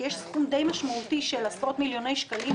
כי יש סכום משמעותי למדי של עשרות מיליוני שקלים,